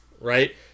right